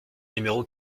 numéro